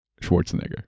Schwarzenegger